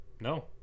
no